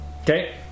Okay